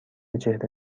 چهره